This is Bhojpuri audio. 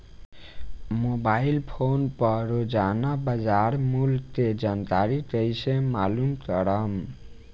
मोबाइल फोन पर रोजाना बाजार मूल्य के जानकारी कइसे मालूम करब?